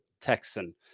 Texan